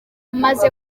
maze